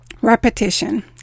repetition